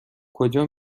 کجا